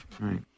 right